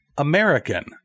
American